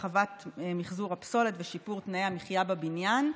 הרחבת מחזור הפסולת ושיפור תנאי המחיה בבניין.